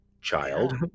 child